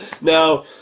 now